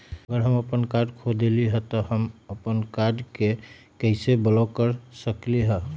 अगर हम अपन कार्ड खो देली ह त हम अपन कार्ड के कैसे ब्लॉक कर सकली ह?